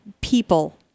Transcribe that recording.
people